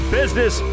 business